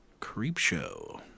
Creepshow